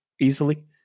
easily